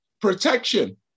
protection